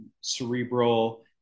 cerebral